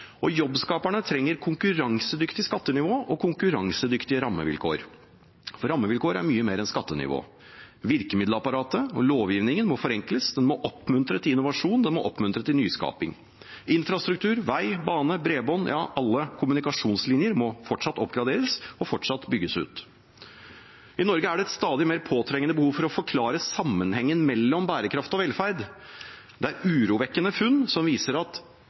store jobbskaperne. Jobbskaperne trenger konkurransedyktig skattenivå og konkurransedyktige rammevilkår, og rammevilkår er mye mer enn skattenivå. Virkemiddelapparatet og lovgivingen må forenkles. Den må oppmuntre til innovasjon, og den må oppmuntre til nyskaping. Infrastruktur, vei, bane, bredbånd, ja alle kommunikasjonslinjer må fortsatt oppgraderes og fortsatt bygges ut. I Norge er det et stadig mer påtrengende behov for å forklare sammenhengen mellom bærekraft og velferd. Urovekkende funn viser at